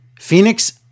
Phoenix